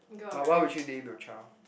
what would you name your child